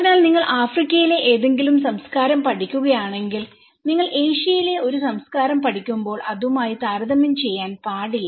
അതിനാൽ നിങ്ങൾ ആഫ്രിക്കയിലെ ഏതെങ്കിലും സംസ്കാരം പഠിക്കുകയാണെങ്കിൽ നിങ്ങൾ ഏഷ്യയിലെ ഒരു സംസ്കാരം പഠിക്കുമ്പോൾ അതുമായി താരതമ്യം ചെയ്യാൻ പാടില്ല